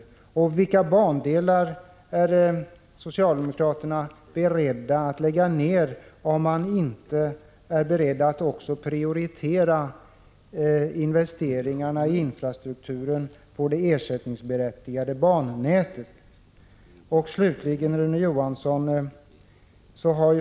Jag undrar också vilka bandelar socialdemokraterna är beredda att lägga ned och om man är beredd att också prioritera investeringarna i infrastrukturen på det ersättningsberättigade bannätet. Slutligen, Rune Johansson!